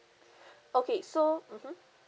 okay so mmhmm